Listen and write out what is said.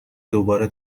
دوباره